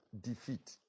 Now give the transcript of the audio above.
defeat